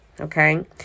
Okay